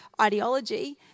ideology